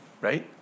right